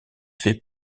fait